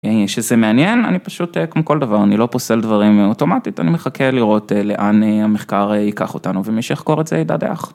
שזה מעניין אני פשוט כמו כל דבר אני לא פוסל דברים אוטומטית אני מחכה לראות לאן המחקר ייקח אותנו ומי שיחקור את זה ידווח.